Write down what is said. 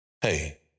hey